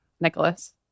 Nicholas